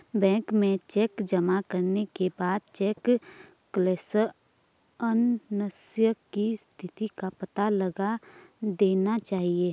bank में cheque जमा करने के बाद चेक क्लेअरन्स की स्थिति का पता लगा लेना चाहिए